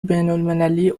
بینالمللی